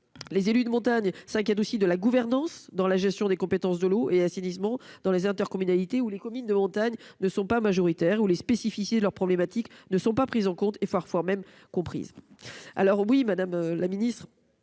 Les élus de montagne s'inquiètent aussi de la gouvernance dans la gestion des compétences eau et assainissement dans les intercommunalités où les communes de montagne ne sont pas majoritaires et où les spécificités de leurs problématiques ne sont pas prises en compte ni même parfois comprises. Madame la ministre,